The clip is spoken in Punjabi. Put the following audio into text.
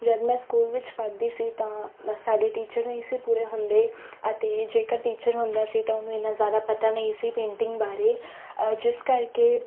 ਜਦੋਂ ਮੈਂ ਸਕੂਲ ਵਿੱਚ ਪੜ੍ਹਦੀ ਸੀ ਤਾਂ ਸਾਡੇ ਟੀਚਰ ਨਹੀਂ ਸੀ ਪੂਰੇ ਹੁੰਦੇ ਅਤੇ ਜੇਕਰ ਟੀਚਰ ਹੁੰਦਾ ਸੀ ਤਾਂ ਉਹਨੂੰ ਇੰਨਾ ਜ਼ਿਆਦਾ ਪਤਾ ਨਹੀਂ ਸੀ ਪੇਂਟਿੰਗ ਬਾਰੇ ਜਿਸ ਕਰਕੇ